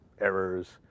errors